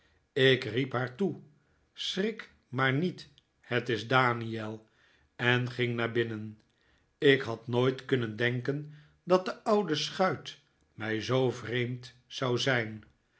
ik riep haar toe schrik maar niet het is daniel en ging naar binnen ik had nooit kunnen denken dat de oude schuit mij zoo vreemd zou zijn